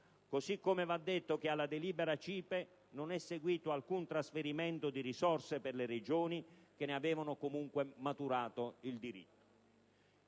Va poi detto che alla delibera CIPE non è seguito alcun trasferimento di risorse per le Regioni che ne avevano comunque maturato il diritto.